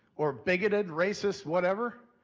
or bigoted, racist, whatever?